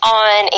on